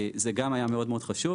זה גם היה מאוד-מאוד חשוב.